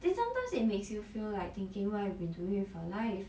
then sometimes it makes you feel like thinking what we've been doing with your life